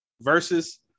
versus